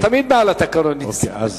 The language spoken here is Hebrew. אתה תמיד מעל התקנון, נסים.